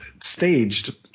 staged